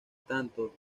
tanto